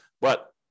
But-